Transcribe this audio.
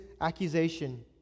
accusation